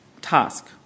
task